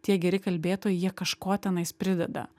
tie geri kalbėtojai jie kažko tenais prideda